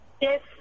Yes